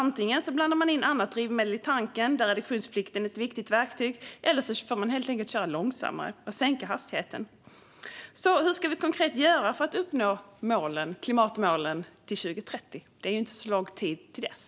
Antingen blandar man in annat drivmedel i tanken - där är reduktionsplikten ett viktigt verktyg - eller så får man helt enkelt köra långsammare och sänka hastigheten. Hur ska vi konkret göra för att uppnå klimatmålen till 2030? Det är inte så lång tid till dess.